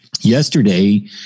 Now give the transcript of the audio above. Yesterday